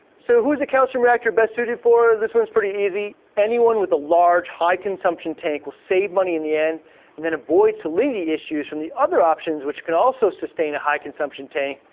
so who's the calcium reactor best suited for? this one's pretty easy. anyone with a large high consumption tank will save money in the end and then avoid salinity issues from the other options which can also sustain a high consumption tank,